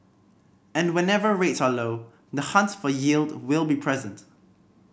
and whenever rates are low the hunt for yield will be present